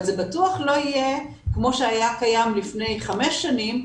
אבל זה בטוח לא יהיה כמו שהיה קיים לפני חמש שנים,